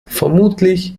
vermutlich